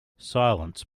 silence